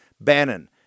Bannon